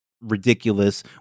ridiculous